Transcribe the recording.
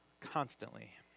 constantly